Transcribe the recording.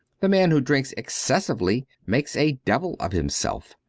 the man who drinks excessively makes a devil of himself.